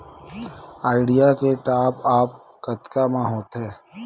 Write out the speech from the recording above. Idea के top up कतका म होथे?